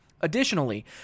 Additionally